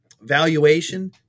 valuation